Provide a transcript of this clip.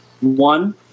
One